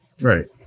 Right